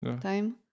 time